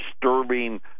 disturbing